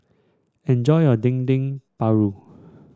enjoy your Dendeng Paru